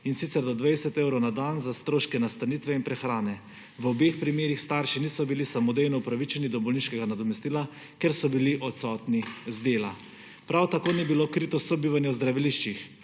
in sicer do 20 evrov na dan za stroške nastanitve in prehrane. V obeh primerih starši niso bili samodejno upravičeni do bolniškega nadomestila, ker so bili odsotni z dela. Prav tako ni bilo krito sobivanje v zdraviliščih,